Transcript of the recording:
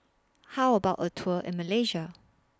How about A Tour in Malaysia